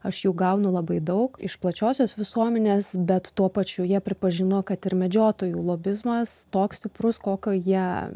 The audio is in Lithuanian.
aš jų gaunu labai daug iš plačiosios visuomenės bet tuo pačiu jie pripažino kad ir medžiotojų lobizmas toks stiprus kokio jie